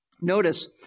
Notice